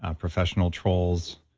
ah professional trolls